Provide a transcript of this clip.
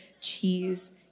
cheese